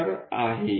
अंतरावर आहे